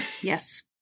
yes